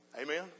Amen